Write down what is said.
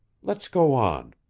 let's go on.